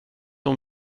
hon